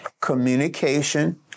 Communication